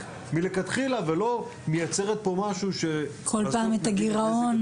מלכתחילה ולא מייצרת פה דבר לא מתאים.